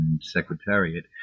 Secretariat